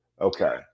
okay